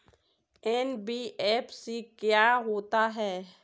NBFC क्या होता है?